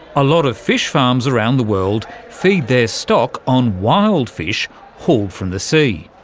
a lot of fish farms around the world feed their stock on wild fish hauled from the sea.